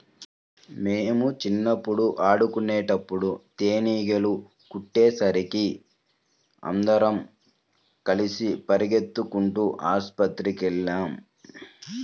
మేం చిన్నప్పుడు ఆడుకునేటప్పుడు తేనీగలు కుట్టేసరికి అందరం కలిసి పెరిగెత్తుకుంటూ ఆస్పత్రికెళ్ళాం